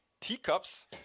teacups